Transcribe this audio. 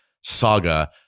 saga